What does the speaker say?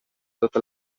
tota